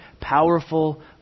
powerful